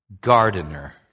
gardener